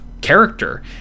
character